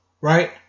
right